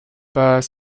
pas